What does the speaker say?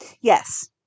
Yes